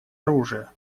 оружия